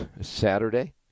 Saturday